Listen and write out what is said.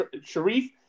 Sharif